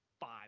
five